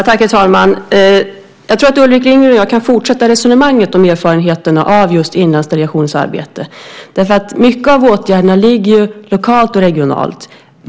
Herr talman! Ulrik Lindgren och jag kan fortsätta resonemanget om erfarenheterna av Inlandsdelegationens arbete. Mycket av åtgärderna ligger lokalt och regionalt.